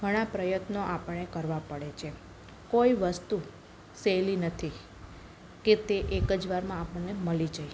ઘણા પ્રયત્નો આપણે કરવા પડે છે કોઈ વસ્તુ સહેલી નથી કે તે એક જ વારમાં આપણને મળી જાય